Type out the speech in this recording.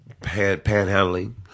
panhandling